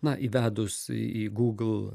na įvedus į į google